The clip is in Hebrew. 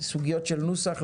סוגיות של נוסח,